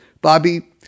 Bobby